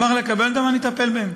אני אשמח לקבל אותם ואני אטפל בהם.